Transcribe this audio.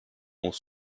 ont